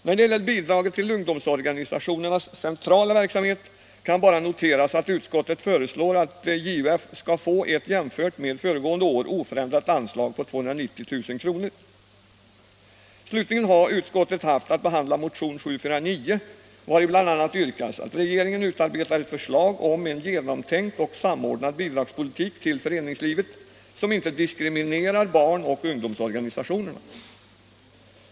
| När det gäller bidraget till ungdomsorganisationernas centrala verksamhet kan bara noteras att utskottet föreslår att JUF skall få ett jämfört med föregående år oförändrat anslag på 290 000 kr. Slutligen har utskottet haft att behandla motionen 749, vari bl.a. yrkas att regeringen utarbetar ett förslag om en genomtänkt och samordnad bidragspolitik till föreningslivet, som inte diskriminerar barn och ungdomsorganisationerna.